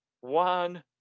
One